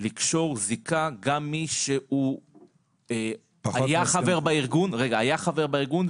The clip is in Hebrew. לקשור זיקה גם מי שהוא היה חבר בארגון ועזב,